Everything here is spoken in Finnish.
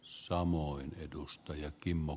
ossaamo oyn edustaja kimmo